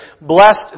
blessed